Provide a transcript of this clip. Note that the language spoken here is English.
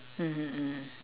mmhmm mmhmm